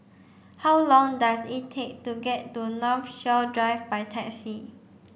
how long does it take to get to Northshore Drive by taxi